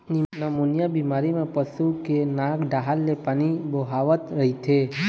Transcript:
pneumonia बेमारी म पशु के नाक डाहर ले पानी बोहावत रहिथे